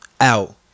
Out